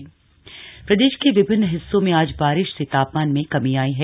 मौसम प्रदेश के विभिन्न हिस्सों में आज वारिश से तापमान में कमी आयी है